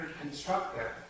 constructive